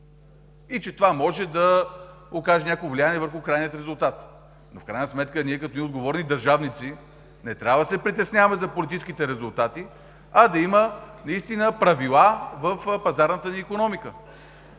и че това може да окаже някакво влияние върху крайните резултати, но в крайна сметка ние, като отговорни държавници, не трябва да се притесняваме за политическите резултати, а да има правила в пазарната ни икономика.